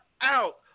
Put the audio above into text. out